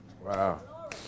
Wow